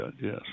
yes